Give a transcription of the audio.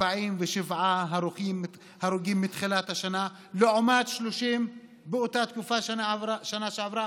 47 הרוגים מתחילת השנה לעומת 30 באותה תקופה בשנה שעברה,